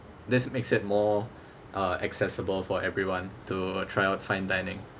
this makes it more uh accessible for everyone to try out fine dining